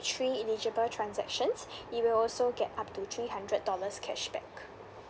three eligible transactions you will also get up to three hundred dollars cashback